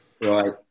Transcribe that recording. Right